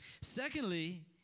Secondly